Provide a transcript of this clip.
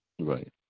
Right